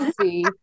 see